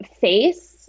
face